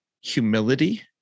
humility